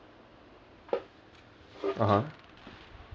(uh huh)